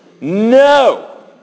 No